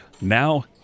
Now